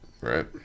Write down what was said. Right